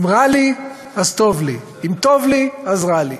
אם רע לי אז טוב לי, אם טוב לי אז רע לי.